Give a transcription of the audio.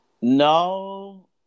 No